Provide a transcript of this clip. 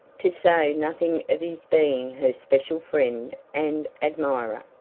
to say nothing of his being her special friend and admirer.